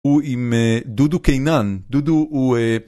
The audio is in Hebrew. הוא עם דודו קיינן. דודו הוא אה...